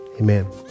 Amen